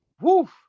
woof